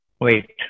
Wait